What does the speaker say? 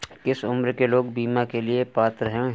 किस उम्र के लोग बीमा के लिए पात्र हैं?